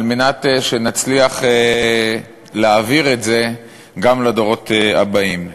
על מנת שנצליח להעביר את זה גם לדורות הבאים.